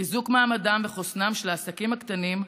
חיזוק מעמדם וחוסנם של העסקים הקטנים,